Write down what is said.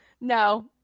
No